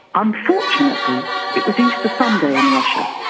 unfortunately it was easter sunday in russia,